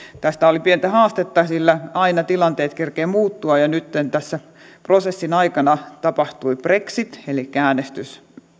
tästä oli pientä haastetta sillä aina tilanteet kerkeävät muuttua ja nytten tässä prosessin aikana tapahtui brexit elikkä äänestys